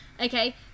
Okay